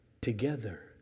together